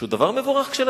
שהיא דבר מבורך כשלעצמו,